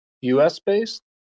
US-based